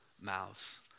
mouths